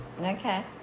Okay